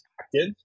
active